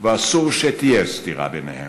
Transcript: ואסור שתהיה סתירה ביניהם.